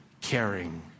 caring